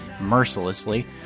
mercilessly